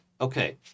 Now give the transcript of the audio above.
Okay